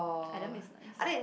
Adam is nice